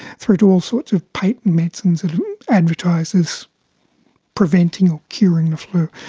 through to all sorts of patent medicines and advertisers preventing or curing the flu,